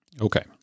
Okay